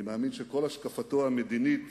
אני מאמין שכל השקפתו המדינית